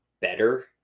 better